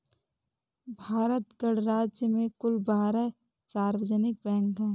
भारत गणराज्य में कुल बारह सार्वजनिक बैंक हैं